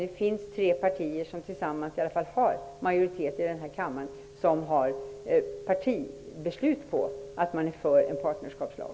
Det finns tre partier som tillsammans utgör en majoritet och som har ett partibeslut på att man är för en partnerskapslag.